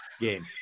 game